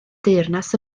deyrnas